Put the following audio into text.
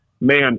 man